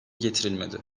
getirilmedi